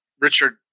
Richard